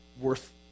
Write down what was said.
worth